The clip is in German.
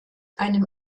einem